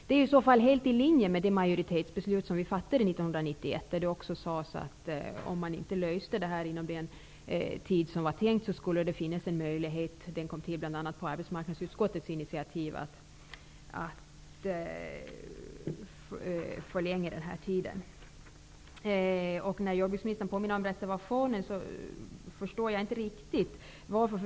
Det är i så fall helt i linje med det majoritetsbeslut som vi fattade 1991, där det sades att om man inte löst frågan inom den tid som var tänkt, skulle det finnas en möjlighet att förlänga tiden -- detta tillkom bl.a. på arbetsmarknadsutskottets initiativ. Jag förstår inte riktigt varför jordbruksministern påminner om reservationen.